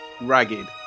ragged